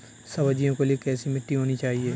सब्जियों के लिए कैसी मिट्टी होनी चाहिए?